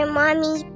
mommy